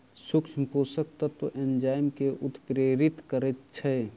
सूक्ष्म पोषक तत्व एंजाइम के उत्प्रेरित करैत छै